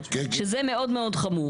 שזה מאוד מאוד חמור.